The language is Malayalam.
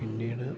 പിന്നീട്